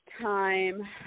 time